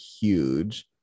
huge